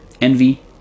envy